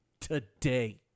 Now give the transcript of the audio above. today